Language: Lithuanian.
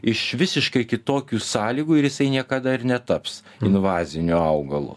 iš visiškai kitokių sąlygų ir jisai niekada ir netaps invaziniu augalu